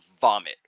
vomit